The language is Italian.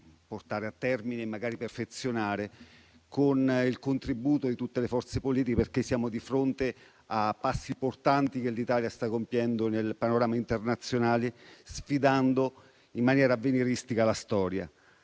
portare a termine e magari perfezionare, con il contributo di tutte le forze politiche, perché siamo di fronte a passi importanti che l'Italia sta compiendo nel panorama internazionale, sfidando in maniera avveniristica la storia.